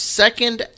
second